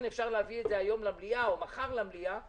אפשר להביא את זה היום למליאה או מחר למליאה,